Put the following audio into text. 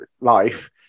life